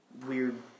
weird